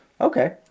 Okay